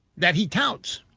that he touts.